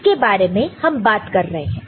इसके बारे में हम बात कर रहे हैं